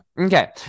okay